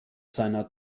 seiner